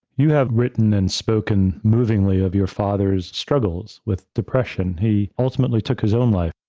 you have written and spoken movingly of your father's struggles with depression. he ultimately took his own life.